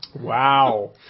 Wow